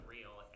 real